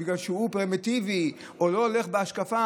בגלל שהוא פרימיטיבי או לא הולך בהשקפה,